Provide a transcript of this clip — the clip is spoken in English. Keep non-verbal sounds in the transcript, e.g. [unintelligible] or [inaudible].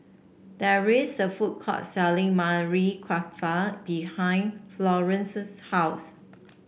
there is a food court selling [unintelligible] Kofta behind Florence's house